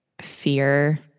fear